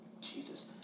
Jesus